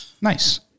Nice